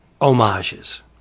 homages